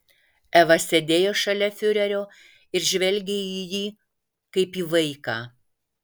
eva sėdėjo šalia fiurerio ir žvelgė į jį kaip į vaiką